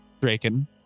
Draken